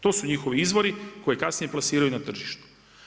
To su njihovi izvori koje kasnije plasiraju na tržištu.